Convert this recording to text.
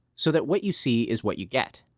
so that what you see is what you get.